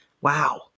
wow